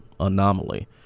Anomaly